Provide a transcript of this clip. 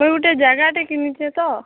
ଇ ଗୁଟେ ଜାଗାଟେ କିନିଛେଁ ତ